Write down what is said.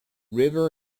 river